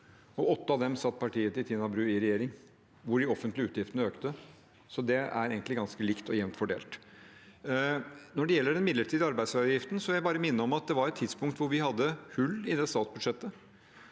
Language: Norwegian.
i åtte av dem satt partiet til Tina Bru i regjering mens de offentlige utgiftene økte, så det er egentlig ganske likt og jevnt fordelt. Når det gjelder den midlertidige arbeidsgiveravgiften, vil jeg bare minne om at den kom på et tidspunkt da vi hadde hull i statsbudsjettet.